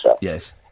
Yes